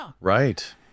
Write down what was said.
Right